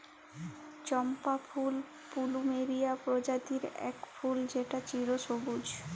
চম্পা ফুল পলুমেরিয়া প্রজাতির ইক ফুল যেট চিরসবুজ